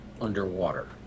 underwater